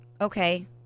okay